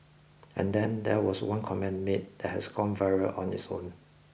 and then there was one comment made that has gone viral on its own